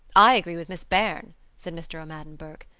i agree with miss beirne, said mr. o'madden burke.